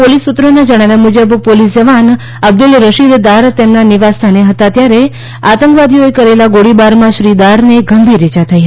police સૂત્રોના જણાવ્યા મુજબ પોલીસ જવાન અબ્દુલ રશિદ દાર તેમના નિવાસસ્થાને હતા ત્યારે આતંકવાદીઓએ કરેલા ગોળીબારમાં શ્રી દારને ગંભીર ઇજા થઈ હતી